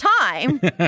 time